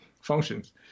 functions